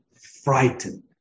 frightened